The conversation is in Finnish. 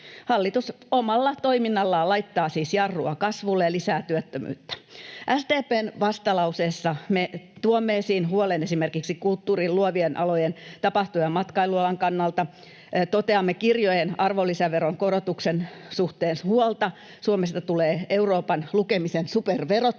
Hallitus omalla toiminnallaan laittaa siis jarrua kasvulle ja lisää työttömyyttä. SDP:n vastalauseessa me tuomme esiin huolen esimerkiksi kulttuurin, luovien alojen ja tapahtuma- ja matkailualan kannalta. Koemme kirjojen arvonlisäveron korotuksen suhteen huolta. Suomesta tulee Euroopan lukemisen superverottaja